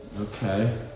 Okay